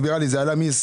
משנת 2020 זה עלה --- לא,